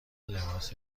لباس